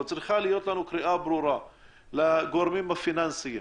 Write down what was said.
צריכה להיות לנו קריאה ברורה לגורמים הפיננסיים,